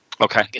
Okay